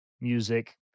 music